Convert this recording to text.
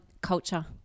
Culture